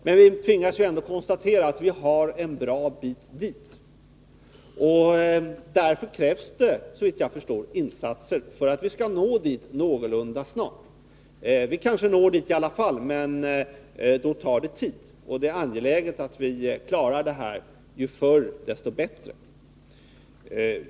Men vi tvingas ändå konstatera att vi har en bra bit dit. Därför krävs, såvitt jag förstår, insatser för att vi skall nå dit någorlunda snart. Vi når kanske målet i alla fall, men då tar det tid. Och det är angeläget att vi når det så fort som möjligt.